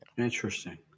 interesting